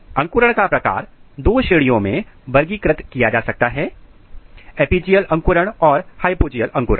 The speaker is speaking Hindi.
अंकुरण का प्रकार दो श्रेणियों में वर्गीकृत किया जा सकता है एपीजियल अंकुरण और हाइपोजीयल अंकुरण